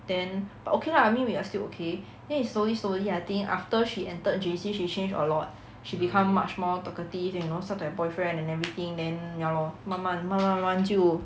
then but okay lah I mean we are still okay then is slowly slowly I think after she entered J_C she changed a lot she become much more talkative you know start to have boyfriend and everything then ya lor 慢慢慢慢慢慢就